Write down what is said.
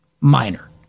minor